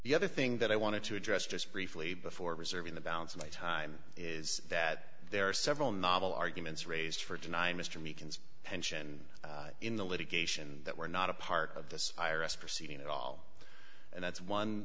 the other thing that i wanted to address just briefly before reserving the balance of my time is that there are several novel arguments raised for denying mr meekins pension in the litigation that were not a part of this i r s proceeding at all and that's one